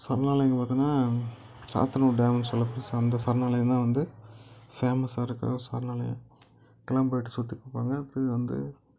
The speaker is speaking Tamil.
சரணாலயங்க பார்த்தோம்னா சாத்தனுர் டேமுனு சொல்ல கூடிய அந்த சரணாலாயம் தான் வந்து ஃபேமஸாக இருக்கற ஒரு சரணாலயம் கிளாம்பாக்கம் சுற்றி போனால் வந்து